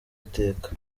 iteka